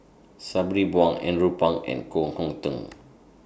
Sabri Buang Andrew Phang and Koh Hong Teng